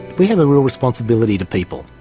we have a real responsibility to people,